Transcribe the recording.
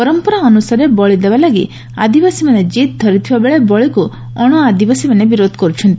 ପରମ୍ପରା ଅନୁସାରେ ବଳି ଦେବା ଲାଗି ଆଦିବାସୀ ଜିଦ୍ ଧରିଥିବା ବେଳେ ବଳିକୁ ଅଣ ଆଦିବାସୀମାନେ ବିରୋଧ କର୍ ଛନ୍ତି